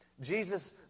Jesus